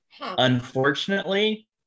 Unfortunately